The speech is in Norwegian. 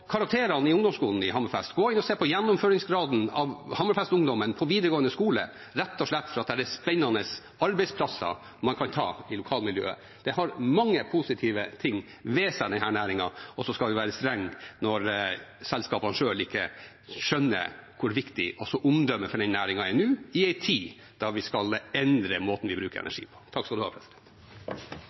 karakterene på ungdomsskolen i Hammerfest, se på gjennomføringsgraden i videregående skole for Hammerfest-ungdommen – rett og slett fordi det er spennende arbeidsplasser i lokalmiljøet. Den har mange positive sider ved seg, denne næringen, og så skal vi være strenge når selskapene selv ikke skjønner hvor viktig omdømmet for næringen er nå, i en tid da vi skal endre måten vi bruker energi på.